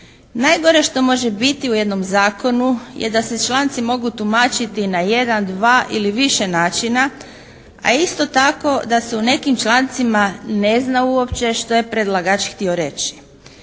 Najgore što može biti u jednom zakonu je da se članci mogu tumačiti na jedan, dva ili više načina a isto tako da se u nekim člancima ne zna uopće što je predlagač htio reći.